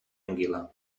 anguila